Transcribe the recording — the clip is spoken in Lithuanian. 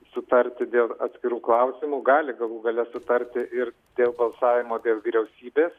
sutarti dėl atskirų klausimų gali galų gale sutarti ir dėl balsavimo dėl vyriausybės